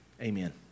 Amen